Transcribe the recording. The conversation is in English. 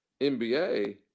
NBA